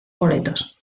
boletos